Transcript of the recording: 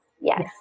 yes